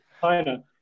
China